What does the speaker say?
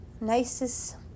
nicest